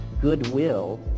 Goodwill